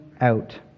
out